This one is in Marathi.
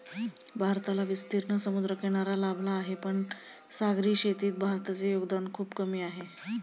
भारताला विस्तीर्ण समुद्रकिनारा लाभला आहे, पण सागरी शेतीत भारताचे योगदान खूप कमी आहे